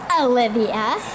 Olivia